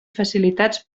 facilitats